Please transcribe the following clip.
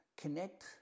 connect